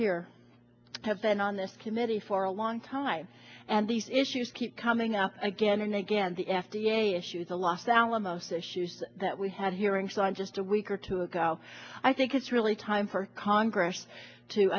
here have been on this committee for a long time and these issues keep coming up again and again the f d a issues the los alamos issues that we had hearings on just a week or two ago i think it's really time for congress to